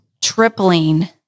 tripling